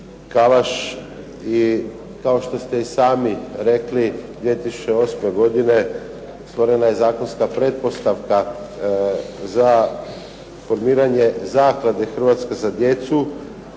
Kalaš. I to što ste i sami rekli 2008. godine stvorena je zakonska pretpostavka za formiranje Zaklade "Hrvatska za djecu"